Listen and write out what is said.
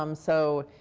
um so,